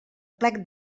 plec